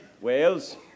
Wales